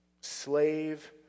Slave